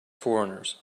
foreigners